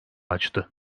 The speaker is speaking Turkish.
açtı